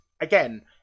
again